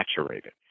saturated